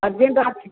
urgent ଅଛି